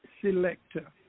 selector